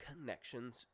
connections